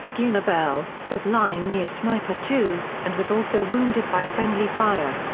gunnar ebel, was lying near sniper two and was also wounded by friendly fire.